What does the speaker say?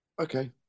Okay